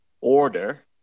order—